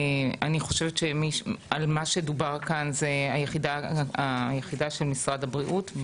אני חושבת שמה שדובר כאן זה היחידה של משרד הבריאות.